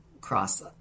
cross